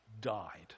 died